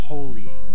Holy